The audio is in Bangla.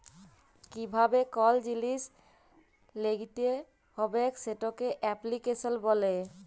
কিভাবে কল জিলিস ল্যাগ্যাইতে হবেক সেটকে এপ্লিক্যাশল ব্যলে